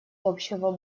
общего